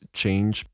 change